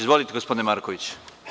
Izvolite, gospodine Markoviću.